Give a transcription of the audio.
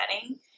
setting